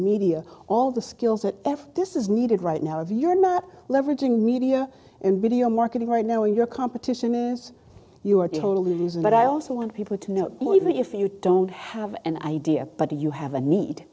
media all the skills that this is needed right now if you're not leveraging media and video marketing right now in your competition you are totally loser but i also want people to know even if you don't have an idea but do you have a need